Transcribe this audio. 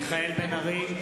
מיכאל בן-ארי,